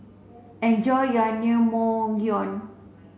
enjoy your Naengmyeon